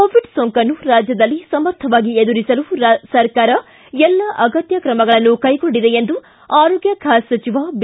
Covid ಸೋಂಕನ್ನು ರಾಜ್ಯದಲ್ಲಿ ಸಮರ್ಥವಾಗಿ ಎದುರಿಸಲು ಸರ್ಕಾರ ಎಲ್ಲ ಅಗತ್ಯ ಕ್ರಮಗಳನ್ನು ಕೈಗೊಂಡಿದೆ ಎಂದು ಆರೋಗ್ಯ ಖಾತೆ ಸಚಿವ ಬಿ